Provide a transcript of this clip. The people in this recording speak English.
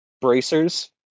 bracers